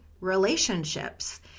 relationships